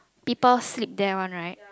people sleep there one right